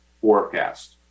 forecast